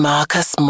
Marcus